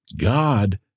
God